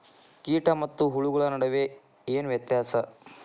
ಕೇಟ ಮತ್ತು ಹುಳುಗಳ ನಡುವೆ ಏನ್ ವ್ಯತ್ಯಾಸ?